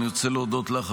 אני רוצה להודות לך,